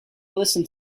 listened